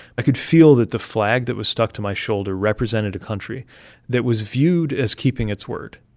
i could feel that the flag that was stuck to my shoulder represented a country that was viewed as keeping its word,